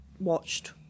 watched